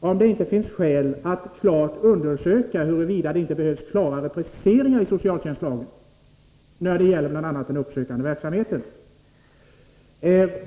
om det inte finns skäl att noga undersöka huruvida det inte behövs klarare preciseringar i socialtjänstlagen beträffande bl.a. den uppsökande verksamheten.